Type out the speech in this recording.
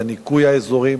לניקוי האזורים.